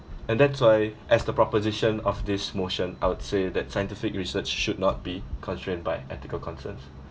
and that's why as the proposition of this motion I would say that scientific research should not be constrained by ethical concerns